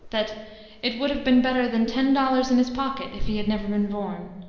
that it would have been better than ten dollars in his pocket if he had never been born.